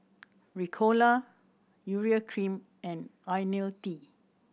Ricola Urea Cream and Ionil T